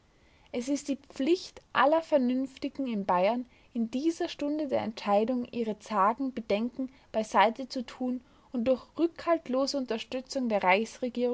es ist die pflicht aller vernünftigen in bayern in dieser stunde der entscheidung ihre zagen bedenken beiseite zu tun und durch rückhaltlose unterstützung der